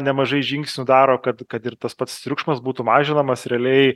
nemažai žingsnių daro kad kad ir tas pats triukšmas būtų mažinamas realiai